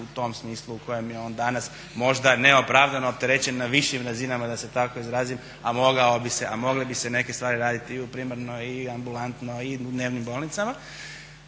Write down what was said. u tom smislu u kojem je on danas možda neopravdano opterećen na višim razinama da se tako izrazim a mogle bi se neke stvari raditi i u primarnoj, i ambulantno i u dnevnim bolnicama.